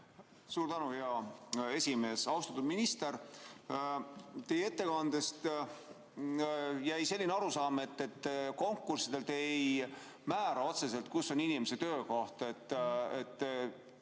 Suur tänu, hea esimees! Austatud minister! Teie ettekandest jäi selline arusaam, et konkurssidel te ei määra otseselt, kus on inimese töökoht.